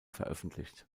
veröffentlicht